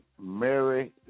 Mary